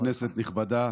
כנסת נכבדה,